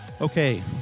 Okay